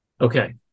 Okay